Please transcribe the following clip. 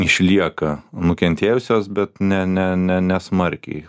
išlieka nukentėjusios bet ne ne ne nesmarkiai